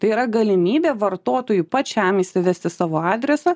tai yra galimybė vartotojui pačiam įsivesti savo adresą